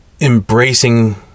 embracing